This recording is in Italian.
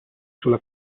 sulla